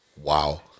wow